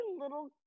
little